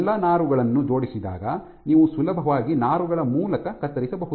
ಎಲ್ಲಾ ನಾರುಗಳನ್ನು ಜೋಡಿಸಿದಾಗ ನೀವು ಸುಲಭವಾಗಿ ನಾರುಗಳ ಮೂಲಕ ಕತ್ತರಿಸಬಹುದು